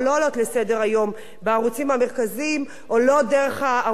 בערוצים המרכזיים עולות דרך הערוצים בפריפריה,